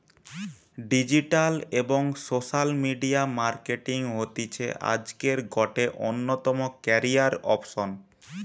digital এবং social media marketing হতিছে আজকের গটে অন্যতম ক্যারিয়ার অপসন